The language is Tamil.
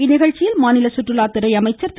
இந்நிகழ்ச்சியில் மாநில சுற்றுலாத்துறை அமைச்சர் திரு